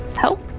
help